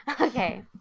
Okay